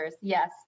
Yes